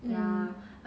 mm